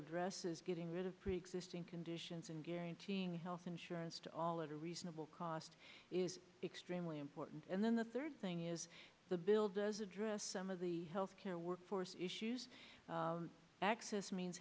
addresses getting rid of preexisting conditions and guaranteeing health insurance to all that are reasonable cost is extremely important and then the third thing is the bill does address some of the health care workforce issues access means